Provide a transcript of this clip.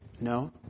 No